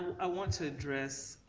i want to address